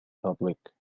public